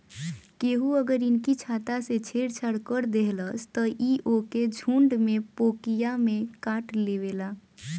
केहू अगर इनकी छत्ता से छेड़ छाड़ कर देहलस त इ ओके झुण्ड में पोकिया में काटलेवेला